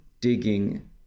digging